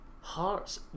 Hearts